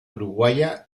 uruguaya